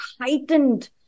heightened